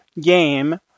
game